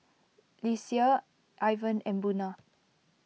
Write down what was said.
Lesia Ivan and Buna